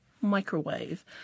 microwave